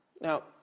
Now